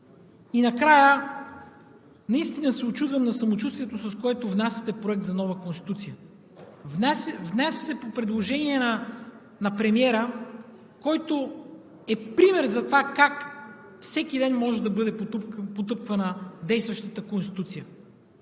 И накрая – наистина се учудвам на самочувствието, с което внасяте Проект за нова Конституция! Внася се по предложение на премиера, който е пример за това как всеки ден може да бъде потъпквана действащата Конституция.